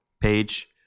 page